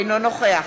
אינו נוכח